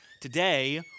Today